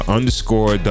Underscore